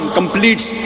completes